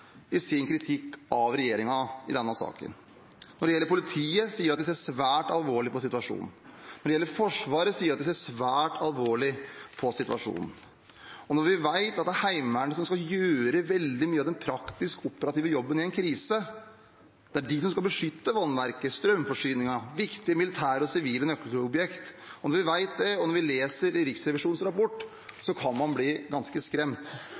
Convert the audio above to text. i sin kritikk av regjeringen i denne saken. Når det gjelder politiet, sier de at de ser svært alvorlig på situasjonen. Når det gjelder Forsvaret, sier de at de ser svært alvorlig på situasjonen. Når vi vet at det er Heimevernet som skal gjøre veldig mye av den praktiske operative jobben i en krise – det er de som skal beskytte vannverket, strømforsyningen og viktige militære og sivile nøkkelobjekt – og når vi leser Riksrevisjonens rapport, kan vi bli ganske skremt. For i